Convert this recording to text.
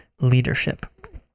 leadership